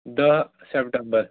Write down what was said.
دَہ سَتمبر